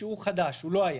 שהוא חדש ולא היה,